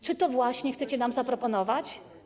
Czy to właśnie chcecie nam zaproponować?